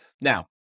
Now